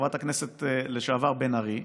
חברת הכנסת לשעבר בן ארי,